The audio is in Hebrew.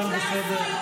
הכול בסדר.